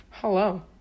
hello